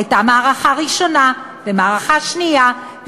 הייתה מערכה ראשונה ומערכה שנייה,